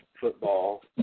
football